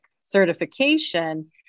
certification